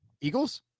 Eagles